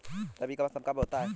रबी का मौसम कब होता हैं?